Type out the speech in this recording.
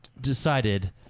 decided